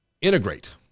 integrate